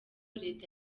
leta